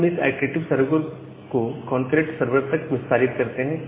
हम इस iterative server को कॉन्करेंट सरवर तक विस्तारित करते हैं